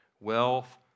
wealth